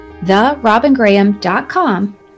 therobingraham.com